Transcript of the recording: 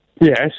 Yes